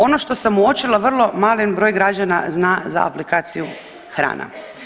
Ono što sam uočila, vrlo malen broj građana zna za aplikaciju „Hrana“